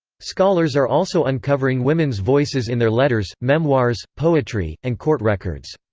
scholars are also uncovering women's voices in their letters, memoirs, poetry, and court records.